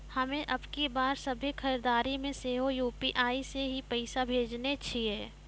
हम्मे अबकी बार सभ्भे खरीदारी मे सेहो यू.पी.आई से ही पैसा भेजने छियै